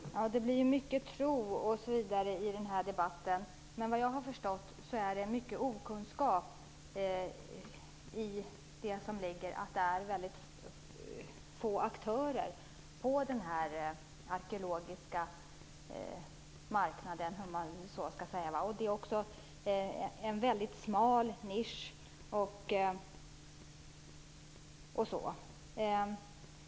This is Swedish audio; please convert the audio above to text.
Fru talman! Det blir mycket tro i den här debatten. Efter vad jag har förstått finns det mycket okunskap genom att det är väldigt få aktörer på den arkeologiska marknaden. Det är en väldigt smal nisch.